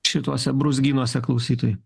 šituose brūzgynuose klausytojui